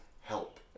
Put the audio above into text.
help